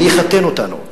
מי יחתן אותנו?